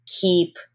keep